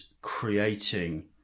creating